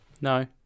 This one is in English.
No